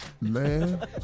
Man